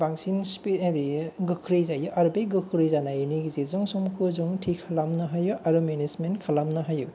बांसिन सिफिद आरियो गोख्रै जायो आरो बे गोख्रै जानायनि गेजेरजों समखौ जों थि खालामनो हायो आरो मेनेजमेनथ खालामनो हायो